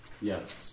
Yes